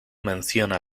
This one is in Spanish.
menciona